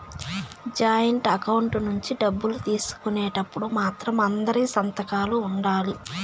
joint account నుంచి డబ్బులు తీసుకునేటప్పుడు మాత్రం అందరి సంతకాలు ఉండాలి